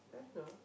I don't know